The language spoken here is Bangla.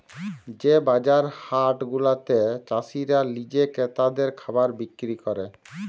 যে বাজার হাট গুলাতে চাসিরা লিজে ক্রেতাদের খাবার বিক্রি ক্যরে